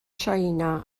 china